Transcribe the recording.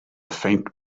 faint